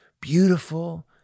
beautiful